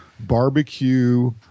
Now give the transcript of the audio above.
Barbecue